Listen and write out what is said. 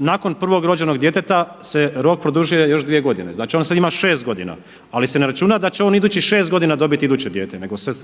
nakon prvog rođenog djeteta se rok produžuje još dvije godine, znači on sada ima šest godina. Ali se ne računa da će on idućih šest godina dobiti iduće dijete, nego je